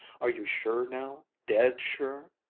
are you sure now, dead sure?